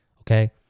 Okay